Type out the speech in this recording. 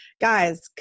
guys